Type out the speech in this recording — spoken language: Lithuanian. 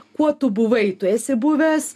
kuo tu buvai tu esi buvęs